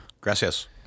Gracias